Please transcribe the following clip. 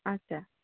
আচ্ছা